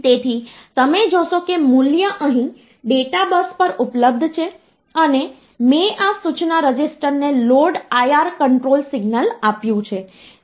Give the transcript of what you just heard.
તેથી તમે જોશો કે મૂલ્ય અહીં ડેટા બસ પર ઉપલબ્ધ છે અને મેં આ સૂચના રજિસ્ટરને લોડ IR કંટ્રોલ સિગ્નલ આપ્યું છે